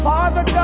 Father